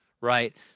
right